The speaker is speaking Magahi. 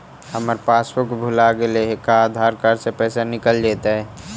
हमर पासबुक भुला गेले हे का आधार कार्ड से पैसा निकल जितै?